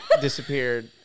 disappeared